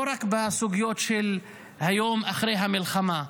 לא רק בסוגיות של היום שאחרי המלחמה,